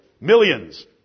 Millions